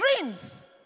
dreams